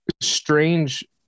strange